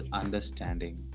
understanding